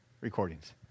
Recordings